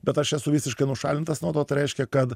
bet aš esu visiškai nušalintas nuo to tai reiškia kad